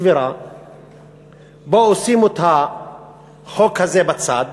סבירה, בואו, שימו את החוק בצד